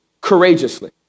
courageously